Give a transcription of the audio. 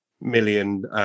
million